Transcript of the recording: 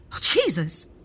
Jesus